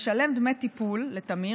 לשלם דמי טיפול לתמיר,